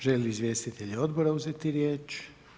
Želi li izvjestitelji odbora uzeti riječ?